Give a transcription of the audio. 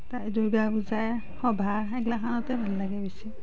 তাৰে দুৰ্গা পূজা সভা এইগিলাখনতে ভাল লাগে বেছি